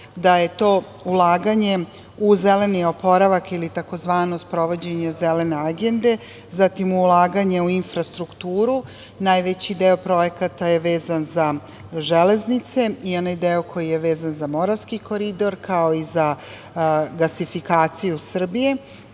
da je to ulaganje u zeleni oporavak ili tzv. sprovođenje Zelene agende, zatim ulaganje u infrastrukturu. Najveći deo projekata je vezan za železnice i onaj deo koji je vezan za Moravski koridor, kao i za gasifikaciju Srbije